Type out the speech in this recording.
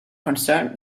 concerned